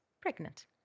pregnant